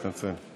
מתנצל.